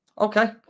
Okay